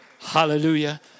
Hallelujah